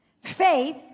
Faith